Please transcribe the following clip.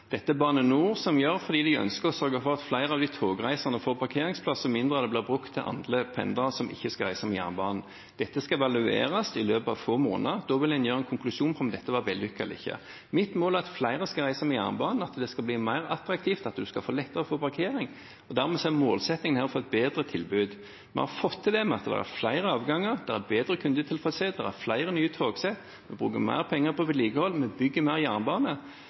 Dette er det Bane NOR som gjør fordi de ønsker å sørge for at flere av de togreisende får parkeringsplasser og færre av parkeringsplassene blir brukt til andre enn pendlere som ikke skal reise med jernbanen. Dette skal evalueres i løpet av få måneder, og da vil en konkludere på om dette var vellykket eller ikke. Mitt mål er at flere skal reise med jernbanen, at det skal bli mer attraktivt, og at det skal bli lettere å få parkert. Dermed er målsettingen her å få et bedre tilbud. Vi har fått til det ved at det er flere avganger, det er bedre kundetilfredshet, det er flere nye togsett, vi bruker mer penger på vedlikehold, vi bygger mer jernbane,